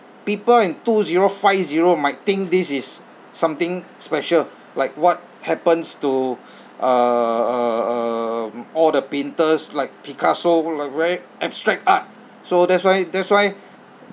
people in two zero five zero might think this is something special like what happens to uh uh um all the painters like picasso like very abstract art so that's why that's why